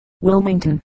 Wilmington